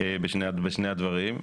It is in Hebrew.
בשני הדברים.